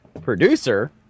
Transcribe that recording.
Producer